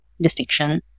distinction